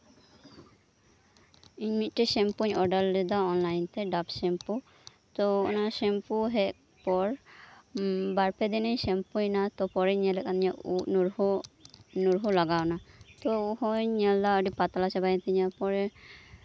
ᱤᱧ ᱢᱤᱫᱴᱮᱱ ᱥᱮᱢᱯᱩᱧ ᱚᱨᱰᱟᱨ ᱞᱮᱫᱟ ᱚᱱᱞᱟᱭᱤᱱ ᱛᱮ ᱰᱟᱵᱷ ᱥᱮᱢᱯᱩ ᱛᱚ ᱚᱱᱟ ᱥᱮᱢᱯᱩ ᱦᱮᱡ ᱯᱚᱨ ᱵᱟᱨ ᱯᱮ ᱫᱤᱱᱤᱧ ᱥᱮᱢᱯᱩᱭᱮᱱᱟ ᱛᱚ ᱯᱚᱨᱮᱧ ᱧᱮᱞᱮᱜ ᱠᱟᱱᱟ ᱤᱧᱟᱹᱜ ᱩᱵ ᱧᱩᱨᱦᱩ ᱞᱟᱜᱟᱣ ᱮᱱᱟ ᱛᱚ ᱱᱚᱜᱼᱚᱭ ᱤᱧ ᱧᱮᱞ ᱫᱟ ᱟᱹᱰᱤ ᱯᱟᱛᱞᱟ ᱪᱟᱵᱟᱭᱮᱱ ᱛᱤᱧᱟᱹ